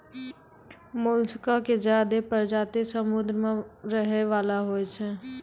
मोलसका के ज्यादे परजाती समुद्र में रहै वला होय छै